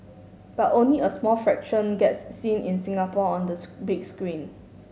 but only a small fraction gets seen in Singapore on the big screen